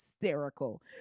hysterical